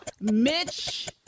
Mitch